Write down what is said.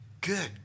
good